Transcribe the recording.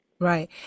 Right